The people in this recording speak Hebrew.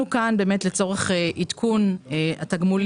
אנחנו כאן לצורך עדכון התגמולים.